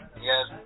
Yes